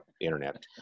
internet